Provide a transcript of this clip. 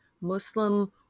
Muslim